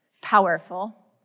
powerful